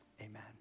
amen